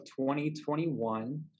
2021